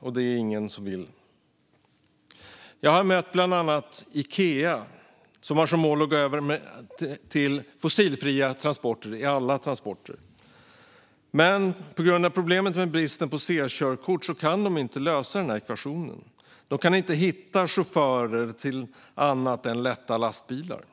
Det vill ingen. Jag har mött bland andra Ikea, som har som mål att alla deras transporter ska vara fossilfria. Men på grund av bristen på förare med C-körkort går den ekvationen inte att lösa. De kan inte hitta chaufförer till annat än lätta lastbilar.